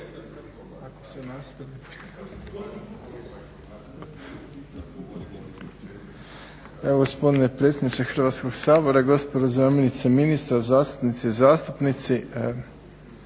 Dražen (HDSSB)** Gospodine predsjedniče Hrvatskog sabora, gospođo zamjenice ministra, zastupnice i zastupnici.